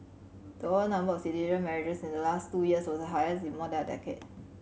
the overall number of citizen marriages in the last two years was the highest in more than a decade